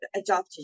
adopted